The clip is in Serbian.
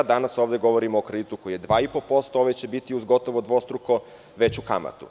Danas ovde govorimo o kreditu koji je 2,5%, a ovaj će biti uz gotovo dvostruko veću kamatu.